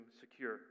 secure